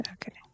Okay